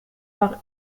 par